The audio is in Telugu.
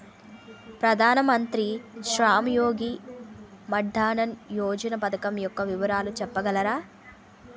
ప్రధాన మంత్రి శ్రమ్ యోగి మన్ధన్ యోజన పథకం యెక్క వివరాలు చెప్పగలరా?